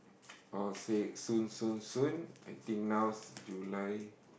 all said soon soon soon I think now July